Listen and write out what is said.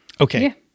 Okay